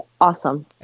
awesome